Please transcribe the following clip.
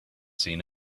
seen